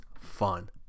fun